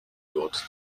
dort